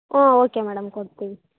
ಹ್ಞೂ okay madam ಕೊಡ್ತೀವಿ